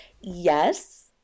Yes